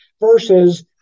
versus